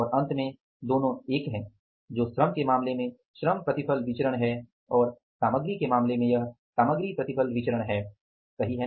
और अंत में दोनों एक है जो श्रम के मामले में श्रम प्रतिफल विचरण है और सामग्री के मामले में यह सामग्री प्रतिफल विचरण था सही है